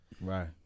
Right